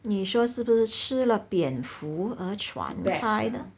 你说是不是吃了蝙蝠而传开呢